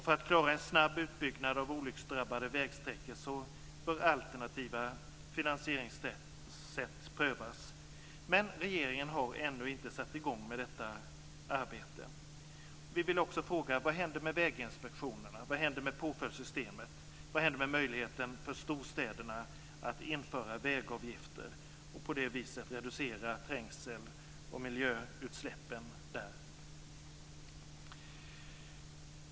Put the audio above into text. För att klara av en snabb utbyggnad av olycksdrabbade vägsträckor bör alternativa finansieringssätt prövas. Regeringen har dock ännu inte satt i gång med detta arbete. Vi vill också fråga: Vad händer med väginspektionerna och påföljdssystemet? Vad händer med möjligheten för storstäderna att införa vägavgifter och på det viset reducera trängseln och miljöutsläppen?